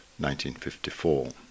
1954